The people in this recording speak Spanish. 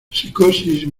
psicosis